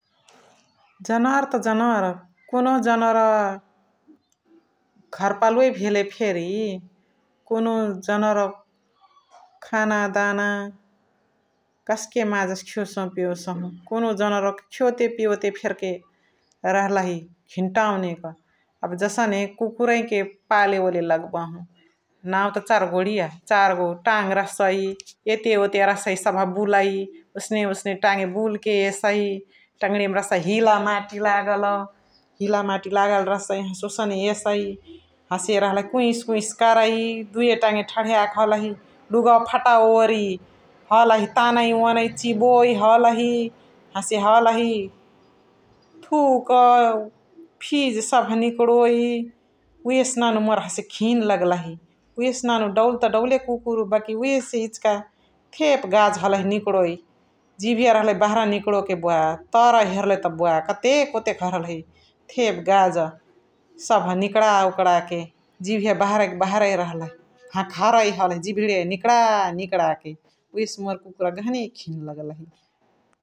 जनवार त जनवार कुनुहु जनवार घर पालुवए भेले फेरी कुनुहु जनवार खाना दाना कस्के माजासे खिवोसहु पिओसहु । कुनुहु जनवोरौ के खिवोते पिओते फेनी लहलही घिन्टाउनेक अब जसने कुकुरही कि पले वोले लग्बहु । नाउ त चार घोडिय चार टाङ रहसै एते वोते रहसै सभ बुलइ ओसने ओसने टाङे बुल के यसै टान्णरी या मा रहसै हिला माटी लगला । हिला माटी लगला रहसै हसे ओसने यसै हसे रहसै कुइस कुइस करै उहे टाङे ठडिया के हलही लुगा फटा ओरि हलही तानै ओनाइ चिबोइ हलही हसे हलही थुक्, फिज सभ निकरोइ । उहेसे नानु मोर हसे घिनलगलहि उहेसे नानु दौल त दौले कुकुरु बकी उहेसे इचिका थेप गाज हलही निकरोइ जिभिया रहलही बहरा निकरो के बुवा तर हेर्ले त बुवा कतेक ओतेक रहलही थेप गाज सभ निकरावोकरा के जिभिय बहरै कि बहरै रहलही हखरै हलही जिभिय निकरा निकरा उहेसे मोर कुकुरा गहनी घिनलगलही ।